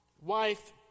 wife